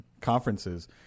conferences